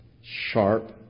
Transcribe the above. sharp